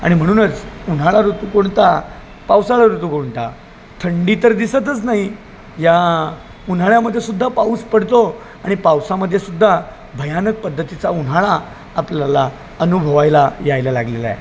आणि म्हणूनच उन्हाळा ऋतू कोणता पावसाळा ऋतू कोणता थंडी तर दिसतच नाही या उन्हाळ्यामध्ये सुद्धा पाऊस पडतो आणि पावसामध्ये सुद्धा भयानक पद्धतीचा उन्हाळा आपल्याला अनुभवायला यायला लागलेला आहे